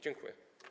Dziękuję.